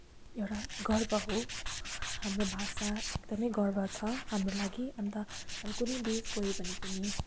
एउटा गर्व हो हाम्रो भाषा एकदमै गर्व छ हाम्रो लागि अन्त हामी कुनै देश गयो भने पनि